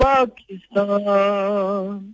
Pakistan